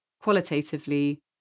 qualitatively